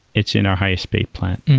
it's in our highest paid plan.